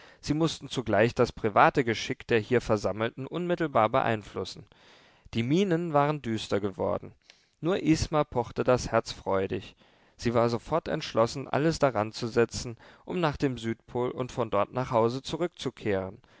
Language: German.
sie mußten zugleich das private geschick der hier versammelten unmittelbar beeinflussen die mienen waren düster geworden nur isma pochte das herz freudig sie war sofort entschlossen alles daranzusetzen um nach dem südpol und von dort nach hause zurückzukehren